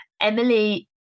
Emily